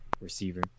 receiver